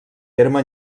terme